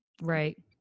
right